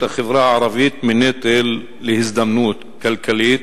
החברה הערבית מנטל להזדמנות כלכלית.